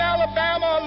Alabama